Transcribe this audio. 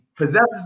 possesses